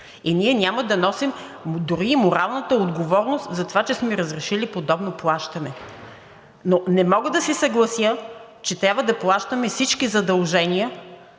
и ние няма да носим дори моралната отговорност за това, че сме разрешили подобно плащане. Но не мога да се съглася, че трябва да плащаме всички задължения,